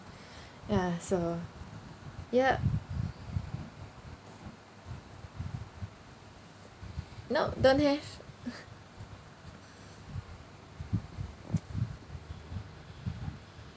ya so ya no don't have